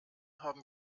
haben